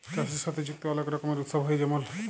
চাষের সাথে যুক্ত অলেক রকমের উৎসব হ্যয়ে যেমল